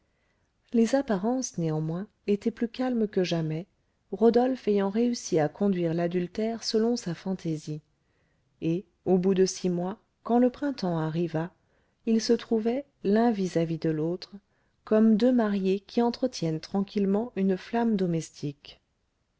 les apparences néanmoins étaient plus calmes que jamais rodolphe ayant réussi à conduire l'adultère selon sa fantaisie et au bout de six mois quand le printemps arriva ils se trouvaient l'un vis-à-vis de l'autre comme deux mariés qui entretiennent tranquillement une flamme domestique